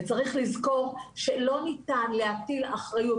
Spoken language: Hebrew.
וצריך לזכור שלא ניתן להטיל אחריות,